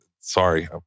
Sorry